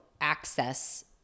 access